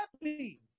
happy